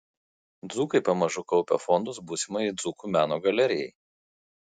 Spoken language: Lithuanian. dzūkai pamažu kaupia fondus būsimajai dzūkų meno galerijai